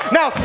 Now